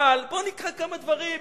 אבל בואו נקרא כמה דברים,